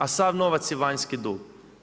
A sav novac je vanjski dug.